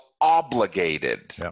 obligated